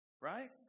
right